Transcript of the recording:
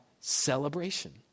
celebration